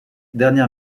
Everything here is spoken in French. dernière